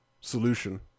solution